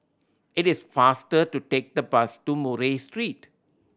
it is faster to take the bus to Murray Street